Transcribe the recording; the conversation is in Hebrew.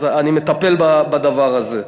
אני מטפל בדבר הזה.